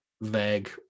vague